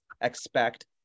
expect